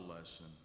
lesson